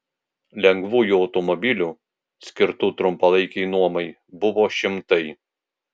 lengvųjų automobilių skirtų trumpalaikei nuomai buvo šimtai